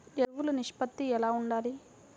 ఎరువులు నిష్పత్తి ఎలా ఉండాలి?